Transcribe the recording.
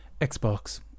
Xbox